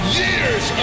years